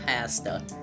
pasta